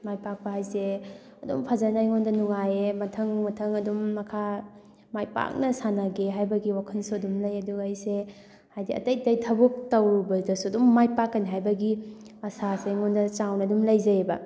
ꯃꯥꯏ ꯄꯥꯛꯄ ꯍꯥꯏꯁꯦ ꯑꯗꯨꯝ ꯐꯖꯅ ꯑꯩꯉꯣꯟꯗ ꯅꯨꯡꯉꯥꯏꯌꯦ ꯃꯊꯪ ꯃꯊꯪ ꯑꯗꯨꯝ ꯃꯈꯥ ꯃꯥꯏ ꯄꯥꯛꯅ ꯁꯥꯅꯒꯦ ꯍꯥꯏꯕꯒꯤ ꯋꯥꯈꯟꯁꯨ ꯑꯗꯨꯝ ꯂꯩ ꯑꯗꯨꯒ ꯑꯩꯁꯦ ꯍꯥꯏꯗꯤ ꯑꯇꯩ ꯑꯇꯩ ꯊꯕꯛ ꯇꯧꯔꯨꯕꯗꯁꯨ ꯑꯗꯨꯝ ꯃꯥꯏ ꯄꯥꯛꯀꯅꯤ ꯍꯥꯏꯕꯒꯤ ꯑꯁꯥꯁꯦ ꯑꯩꯉꯣꯟꯗ ꯆꯥꯎꯅ ꯑꯗꯨꯝ ꯂꯩꯖꯩꯑꯕ